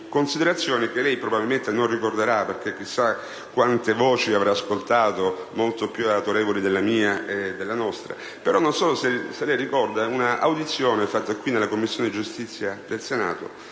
considerazioni che lei probabilmente non ricorderà, perché chissà quante voci avrà ascoltato, molto più autorevoli della mia, della nostra. Non so se ricorda un'audizione svolta il 28 maggio scorso in Commissione giustizia del Senato,